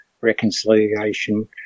Reconciliation